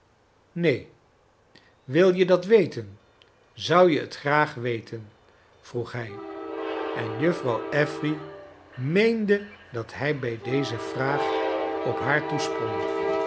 neen wil je dat weten zou je t graag we ten vroeg hij en juffrouw afkleine dorrit fery meende dat hij bij deze vraag op haar